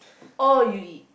all you eat